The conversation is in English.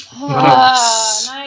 Nice